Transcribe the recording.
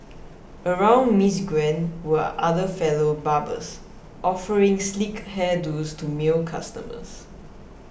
around Miss Gwen were other fellow barbers offering sleek hair do's to male customers